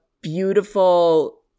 beautiful